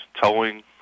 towing